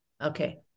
Okay